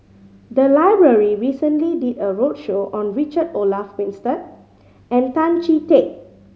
the library recently did a roadshow on Richard Olaf Winstedt and Tan Chee Teck